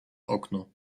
okno